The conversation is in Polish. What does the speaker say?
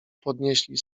podnieśli